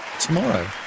tomorrow